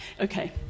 okay